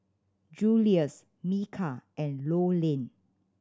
Julious Micah and Rowland